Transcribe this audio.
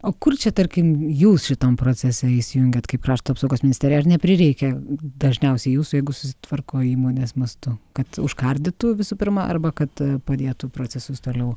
o kur čia tarkim jūs šitam procese įsijungiat kaip krašto apsaugos ministerija ar neprireikia dažniausiai jūsų jeigu susitvarko įmonės mastu kad užkardytų visų pirma arba kad padėtų procesus toliau